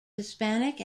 hispanic